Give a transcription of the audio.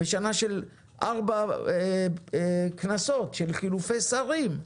בשנה של ארבע כנסות, של חילופי שרים.